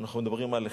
אנחנו מדברים על 1,